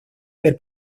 del